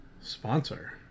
sponsor